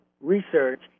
research